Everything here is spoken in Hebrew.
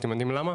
אתם יודעים למה?